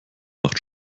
macht